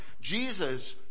Jesus